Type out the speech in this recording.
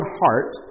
heart